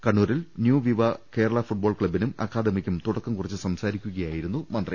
കണ്ണൂരിൽ new viva Kerala football ക്ലബിനും അക്കാഡമിക്കും തുടക്കം കുറിച്ച് സംസാരിക്കുകയായിരുന്നു മന്ത്രി